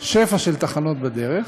שפע של תחנות בדרך,